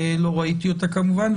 לא ראיתי אותה כמובן.